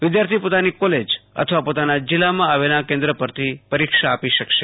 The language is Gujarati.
વિદ્યાર્થી પોતાની કોલેજ અથવા પોતાના જિલ્લામાં આવેલ કેન્દ્ર પરથી પરીક્ષા આપી શકશે